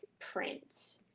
print